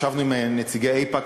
ישבנו עם נציגי איפא"ק,